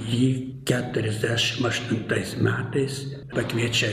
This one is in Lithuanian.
jį keturiasdešim aštuntais metais pakviečia